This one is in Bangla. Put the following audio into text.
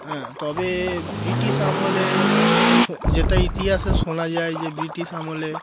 হ্যাঁ তবে ব্রিটিশ আমলে শো যেটা ইতিহাসে শোনা যায় যে ব্রিটিশ আমলে